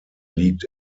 liegt